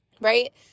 right